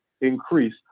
increase